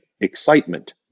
excitement